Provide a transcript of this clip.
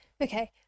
Okay